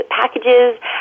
packages